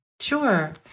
Sure